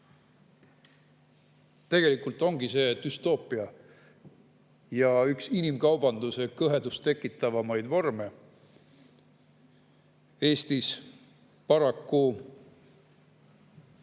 Tegelikult ongi see düstoopia ja üks inimkaubanduse kõhedusttekitavamaid vorme. Ka Eestis paraku